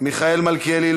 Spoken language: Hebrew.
מיכאל מלכיאלי,